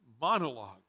monologue